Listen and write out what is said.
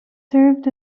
served